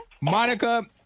Monica